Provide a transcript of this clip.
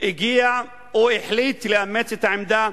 הגיע אליהם, הוא החליט לאמץ את העמדה